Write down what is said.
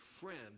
friend